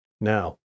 Now